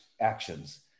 actions